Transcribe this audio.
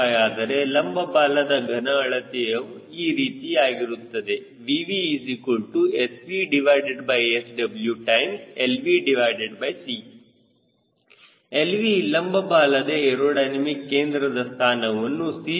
5 ಆದರೆ ಲಂಬ ಬಾಲದ ಘನ ಅಳತೆಯ ಈ ರೀತಿಯಾಗಿರುತ್ತದೆ VvSvSwlvc lv ಲಂಬ ಬಾಲದ ಏರೋಡೈನಮಿಕ್ ಕೇಂದ್ರದ ಸ್ಥಾನವನ್ನು C